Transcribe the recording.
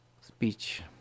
speech